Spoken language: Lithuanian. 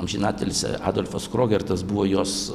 amžinatilsį adolfas krogertas buvo jos